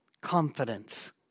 confidence